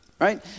right